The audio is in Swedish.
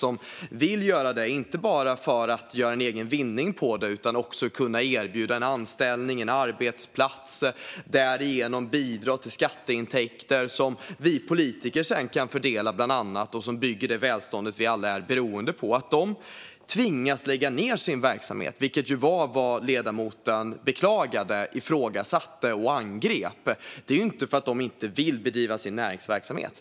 Det vill göra det inte bara för att göra en egen vinning på det utan också för att kunna erbjuda en anställning, en arbetsplats, och därigenom bidra till skatteintäkter som vi politiker bland annat kan fördela och som bygger det välstånd vi alla är beroende av. De tvingas att lägga ned sin verksamhet, vilket var vad ledamoten beklagade, ifrågasatte och angrep. Det är inte för att de inte vill bedriva sin näringsverksamhet.